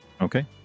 Okay